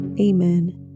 Amen